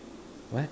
what